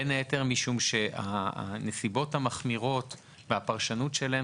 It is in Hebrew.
בין היתר משום שהנסיבות המחמירות והפרשנות שלהן,